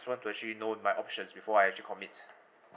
want to actually know my options before I have to commit